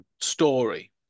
story